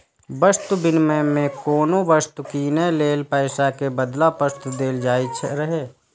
वस्तु विनिमय मे कोनो वस्तु कीनै लेल पैसा के बदला वस्तुए देल जाइत रहै